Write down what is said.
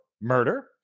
murder